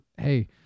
Hey